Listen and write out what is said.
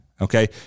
okay